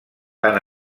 tant